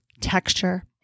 texture